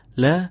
le